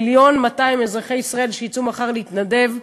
מיליון אזרחי ישראל שיצאו מחר להתנדב,